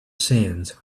sands